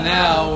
now